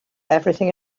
everything